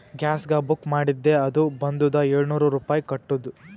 ಗ್ಯಾಸ್ಗ book ಮಾಡಿದ್ದೆ ಅದು ಬಂದುದ ಏಳ್ನೂರ್ ರುಪಾಯಿ ಕಟ್ಟುದ್